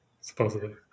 supposedly